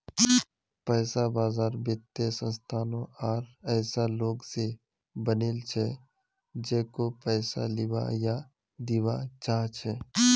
पैसा बाजार वित्तीय संस्थानों आर ऐसा लोग स बनिल छ जेको पैसा लीबा या दीबा चाह छ